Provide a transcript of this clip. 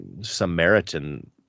Samaritan